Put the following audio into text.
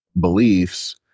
beliefs